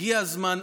הגיע הזמן,